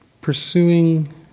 pursuing